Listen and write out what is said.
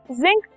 zinc